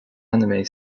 anime